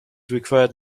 required